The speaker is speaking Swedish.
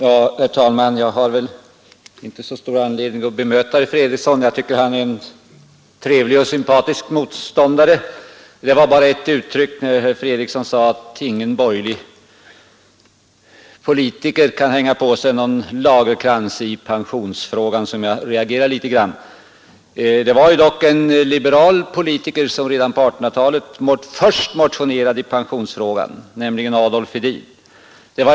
Herr talman! Jag har väl inte så stor anledning att bemöta herr Fredriksson — jag tycker att han är en trevlig och sympatisk motståndare. Det var bara mot ett uttryck — när herr Fredriksson sade att ingen borgerlig politiker kan hänga på sig någon lagerkrans när det gäller pensionsfrågan — som jag reagerade litet grand. Det var dock en liberal politiker som redan på 1800-talet först motionerade i pensionsfrågan, nämligen Adolf Hedin.